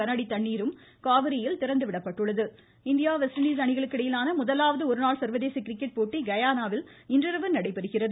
cricket இந்திய West Indies அணிகளுக்கு இடையேயான முதலாவது ஒருநாள் சர்வதேச கிரிக்கெட் போட்டி கயானாவில் இன்றிரவு நடைபெறுகிறது